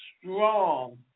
strong